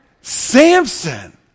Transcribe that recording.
Samson